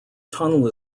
tunnel